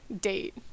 date